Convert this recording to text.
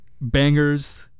bangers